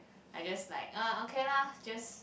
I just like uh okay lah just